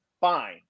fine